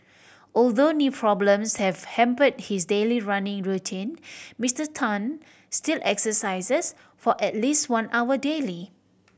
although knee problems have hampered his daily running routine Mister Tan still exercises for at least one hour daily